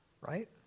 Right